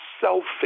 selfish